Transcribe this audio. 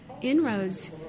inroads